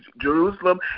Jerusalem